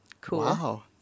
Cool